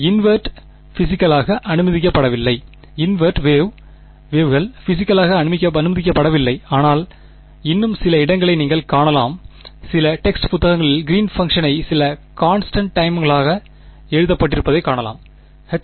invert பிசிகளாக அனுமதிக்கப்படவில்லை invert wave கல் பிசிகளாக அனுமதிக்கப்படவில்லை ஆனால் இன்னும் சில இடங்களை நீங்கள் காணலாம் சில டெக்ஸ்ட் புத்தகங்களில் கிறீன் பங்ஷனை சில கான்ஸ்டன்ட் டைம்களாக எழுதப்பட்டிருப்பதைக் காணலாம் H0